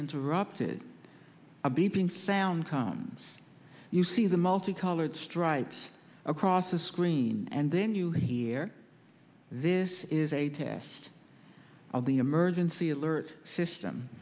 interrupted a beeping sound comes you see the multi colored stripes across the screen and then you hear this is a test of the emergency alert system